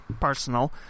personal